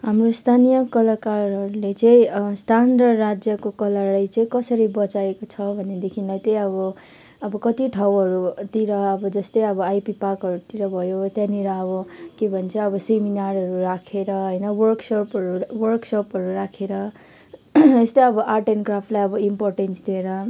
हाम्रो स्थानीय कलाकारहरूले चाहिँ स्थान र राज्यको कलालाई चाहिँ कसरी बचाएको छ भनेदेखि चाहिँ अब कति ठाउँहरूतिर अब जस्तै आइपी पार्कहरूतिर भयो त्यहाँनिर अब के भन्छ अब सेमिनारहरू राखेर होइन वर्कसपहरू वर्कसपहरू राखेर जस्तै अब आर्ट एन्ड क्राफ्टलाई इम्पोरटेन्स दिएर